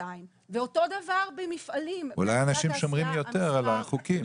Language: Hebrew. בשנתיים ואותו דבר במפעלים --- אולי אנשים שומרים יותר על החוקים.